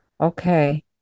Okay